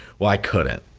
well, i couldn't,